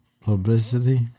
Publicity